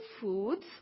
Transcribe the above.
foods